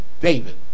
David